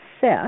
set